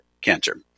cancer